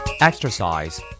Exercise